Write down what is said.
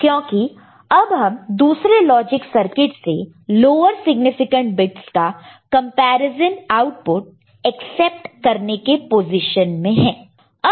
क्योंकि अब हम दूसरे लॉजिक सर्किट से लोअर सिग्निफिकेंट बिट्स का कंपैरिजन आउटपुट एक्सेप्ट करने के पोजीशन में है